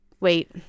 wait